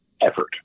effort